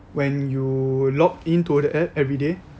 when you log into the app every day